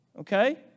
Okay